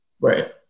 Right